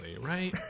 right